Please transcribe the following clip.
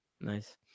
Nice